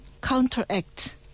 counteract